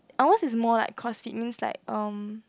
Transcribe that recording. ours is more like cross fitness like um